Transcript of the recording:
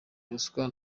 ruswa